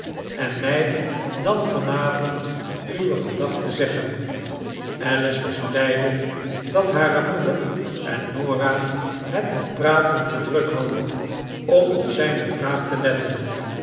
en mij dan van avond uwe gedachte zeggen alice was blijde dat hare moeder en norah het met praten te druk hadden om op zijne vraag te letteo